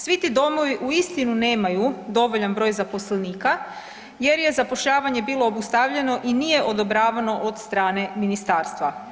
Svi ti domovi uistinu nemaju dovoljan broj zaposlenika jer je zapošljavanje bilo obustavljeno i nije odobravano od strane ministarstva.